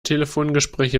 telefongespräche